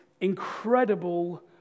incredible